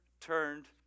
turned